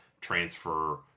transfer